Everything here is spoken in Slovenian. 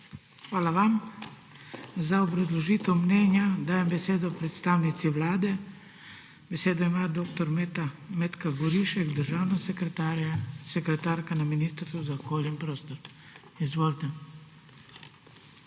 Hvala vam. Za obrazložitev mnenja dajem besedo predstavnici Vlade. Besedo ima dr. Metka Gorišek, državna sekretarka na Ministrstvu za okolje in prostor. Izvolite.